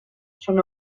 són